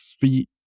feet